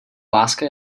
láska